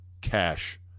Cash